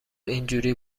اینجوری